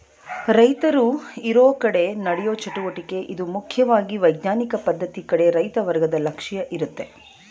ರೈತರು ಇರೋಕಡೆ ನಡೆಯೋ ಚಟುವಟಿಕೆ ಇದು ಮುಖ್ಯವಾಗಿ ವೈಜ್ಞಾನಿಕ ಪದ್ಧತಿ ಕಡೆ ರೈತ ವರ್ಗದ ಲಕ್ಷ್ಯ ಇರುತ್ತೆ